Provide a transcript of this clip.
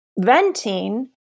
venting